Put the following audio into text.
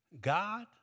God